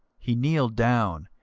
he kneeled down,